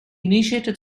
initiated